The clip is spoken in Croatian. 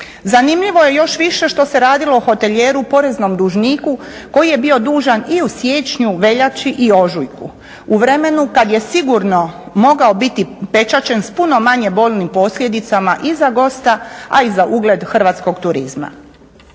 Zanimljivo je još više što se radilo o hotelijeru poreznom dužniku koji je bio dužan i u siječnju, veljači i ožujku u vremenu kada je sigurno mogao biti pečaćen s puno manje bolnim posljedicama i za gosta, a i za ugled hrvatskog turizma.